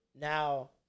now